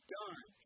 done